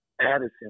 addison